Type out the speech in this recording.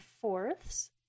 fourths